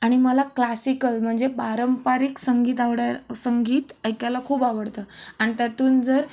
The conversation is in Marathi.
आणि मला क्लासिकल म्हणजे पारंपरिक संगीत आवडायला संगीत ऐकायला खूप आवडतं आणि त्यातून जर